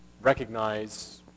recognize